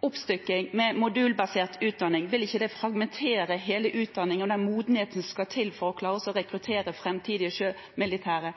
oppstykking, mer modulbasert utdanning – vil ikke det fragmentere hele utdanningen og den modenheten som skal til for å klare å rekruttere framtidige sjømilitære?